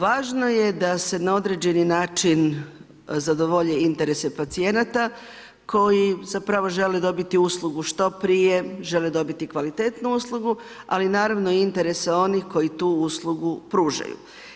Važno je da se na određeni način zadovolje interesi pacijenata koji zapravo žele dobiti uslugu što prije, žele dobiti kvalitetnu uslugu, ali naravno interese onih koji tu uslugu pružaju.